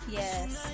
yes